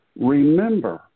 remember